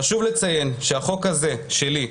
חשוב לציין שהחוק הזה, שלי,